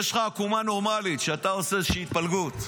יש לך עקומה נורמלית כשאתה עושה איזושהי התפלגות,